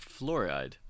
fluoride